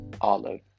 Olive